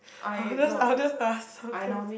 !huh! I'll just ask I will just ask sometimes